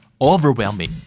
overwhelming